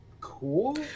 Cool